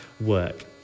work